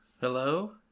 Hello